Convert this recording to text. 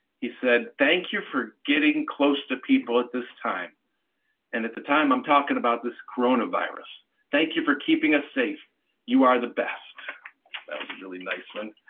he said thank you for getting close to people at this time and at the time i'm talking about this coronavirus thank you for keeping us safe you are the best that was really nice one.